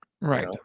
Right